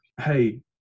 hey